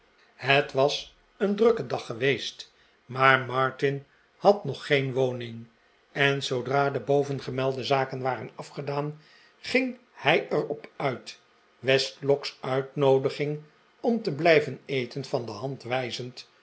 het was een drukke dag geweest maar martin had nog geen woning en zoodra de bovengemelde zaken waren afgedaan ging hij er op uit westlock's uitnoodiging om te blijven eten van de hand wijzend